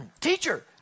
Teacher